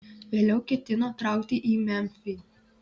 vėliau ketino traukti į memfį